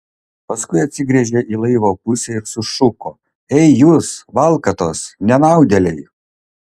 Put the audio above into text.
paskui atsigręžė į laivo pusę ir sušuko ei jūs valkatos nenaudėliai